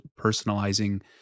personalizing